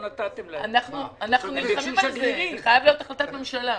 זה חייב להיות החלטת ממשלה.